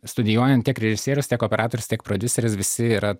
studijuojant tiek režisierius tiek operatorius tiek prodiuseris visi yra